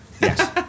Yes